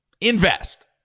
Invest